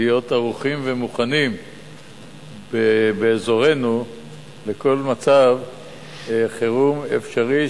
להיות ערוכים ומוכנים באזורנו לכל מצב חירום אפשרי,